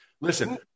listen